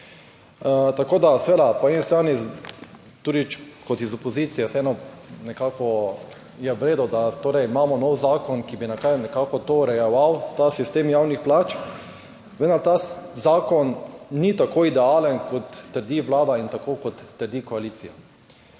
Tako, da seveda po eni strani tudi kot iz opozicije vseeno nekako je v redu, da torej imamo nov zakon, ki bi nekako to urejeval ta sistem javnih plač, vendar ta zakon ni tako idealen kot trdi Vlada in tako kot trdi koalicija.